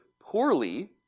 poorly